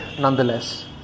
nonetheless